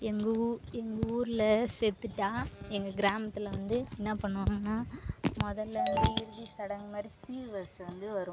எங்கள் ஊ எங்கள் ஊர்ல செத்துட்டால் எங்கள் கிராமத்தில் வந்து என்ன பண்ணுவாங்கன்னா முதல்லேந்து இறுதி சடங்கு மாதிரி சீர் வரிச வந்து வரும்